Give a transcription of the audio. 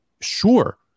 sure